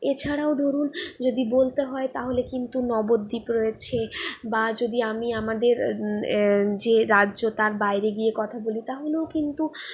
এছাড়াও ধরুন যদি বলতে হয় তাহলে কিন্তু নবদ্বীপ রয়েছে বা যদি আমি আমাদের যে রাজ্য তার বাইরে গিয়ে কথা বলি তাহলেও কিন্তু